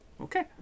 okay